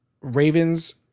ravens